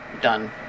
done